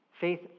Faith